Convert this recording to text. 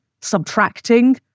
subtracting